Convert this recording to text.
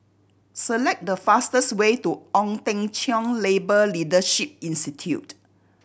select the fastest way to Ong Teng Cheong Labour Leadership Institute